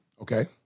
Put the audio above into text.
Okay